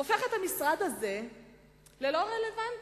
הוא הופך את המשרד הזה ללא רלוונטי.